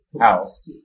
house